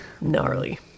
gnarly